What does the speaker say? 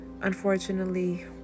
Unfortunately